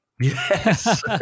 Yes